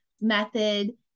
method